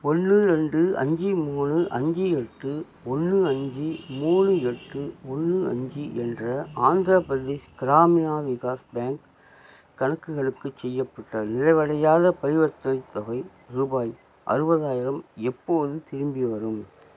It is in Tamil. ஒன்று ரெண்டு அஞ்சு மூணு அஞ்சு எட்டு ஒன்று அஞ்சு மூணு எட்டு ஒன்னு அஞ்சு என்ற ஆந்திரப் பிரதேஷ் கிராமினா விகாஸ் பேங்க் கணக்குகளுக்கு செய்யப்பட்ட நிறைவடையாத பரிவர்த்தனைத் தொகை ரூபாய் அறுபதாயிரம் எப்போது திரும்பி வரும்